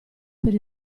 per